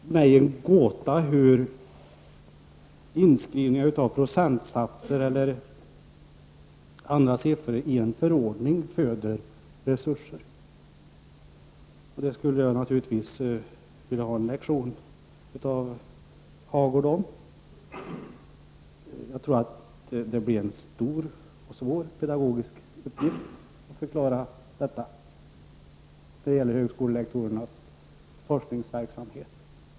Herr talman! Det är mig en gåta hur inskrivning av procentsatser eller andra siffror i en förordning kan föda resurser. Det skulle jag naturligtvis gärna vilja ha en lektion av Birger Hagård om. Jag tror det blir en stor och svår pedagogisk uppgift att förklara detta i fråga om högskolelektorernas forskningsverksamhet.